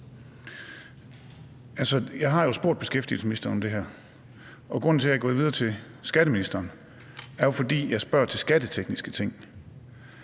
jeg har jo spurgt beskæftigelsesministeren om det her, og grunden til, at jeg er gået videre til skatteministeren er jo, at jeg spørger til skattetekniske ting.